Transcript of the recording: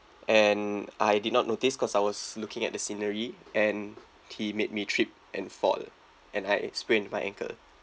and I did not notice cause I was looking at the scenery and he made me trip and fall and I had sprained my ankle